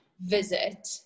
visit